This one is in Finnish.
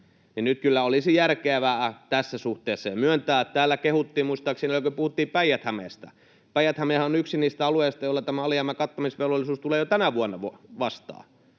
Nyt kyllä olisi järkevää tässä suhteessa jo myöntää... Täällä kehuttiin —muistaakseni silloin puhuttiin Päijät-Hämeestä. Päijät-Hämehän on yksi niistä alueista, jolla tämä alijäämän kattamisvelvollisuus tulee jo tänä vuonna vastaan.